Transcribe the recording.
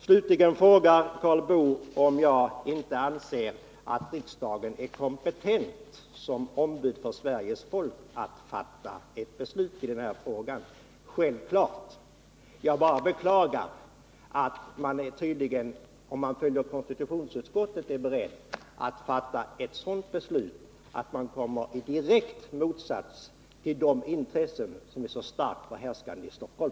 Slutligen frågar Karl Boo om jag anser att riksdagen är kompetent som ombud för Sveriges folk att fatta beslut i den här frågan. Självklart! Jag bara beklagar att man tydligen, om man följer konstitutionsutskottet, är beredd att fatta ett sådant beslut att man kommer i direkt motsatsställning till de intressen som är så starkt förhärskande i Stockholm.